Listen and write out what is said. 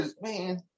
man